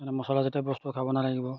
মানে মছলা জাতীয় বস্তু খাব নালাগিব